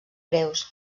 breus